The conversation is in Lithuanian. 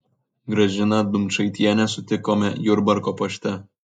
gražiną dumčaitienę sutikome jurbarko pašte